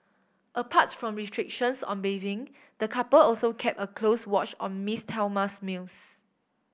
aparts from restrictions on bathing the couple also kept a close watch on Miss Thelma's meals